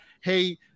hey